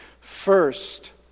First